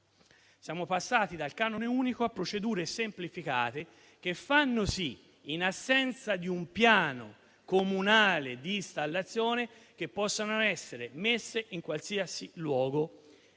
Siamo passati dal canone unico a procedure semplificate che fanno sì, in assenza di un piano comunale di installazione, che possano essere messe in qualsiasi luogo